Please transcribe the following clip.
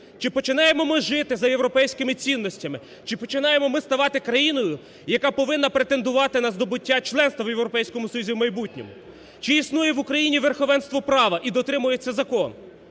Чи починаємо ми жити за європейськими цінностями? Чи починаємо ми ставати країною, яка повинна претендувати на здобуття членства в Європейському Союзу в майбутньому? Чи існує в Україні верховенство права в дотримується закон?